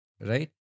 Right